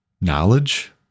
knowledge